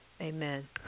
Amen